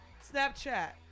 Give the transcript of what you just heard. Snapchat